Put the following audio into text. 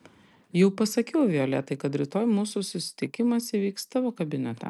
jau pasakiau violetai kad rytoj mūsų susitikimas įvyks tavo kabinete